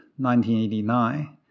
1989